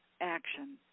action